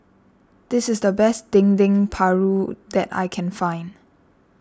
this is the best Dendeng Paru that I can find